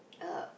uh